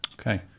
Okay